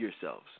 yourselves